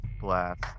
blast